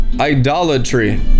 idolatry